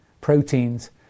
proteins